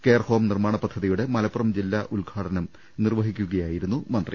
care home നിർമ്മാണപദ്ധതിയുടെ മലപ്പുറം ജില്ലാ ഉദ്ഘാ ടനം നിർവഹിക്കുകയായിരുന്നു മന്ത്രി